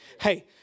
hey